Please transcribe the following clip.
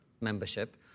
membership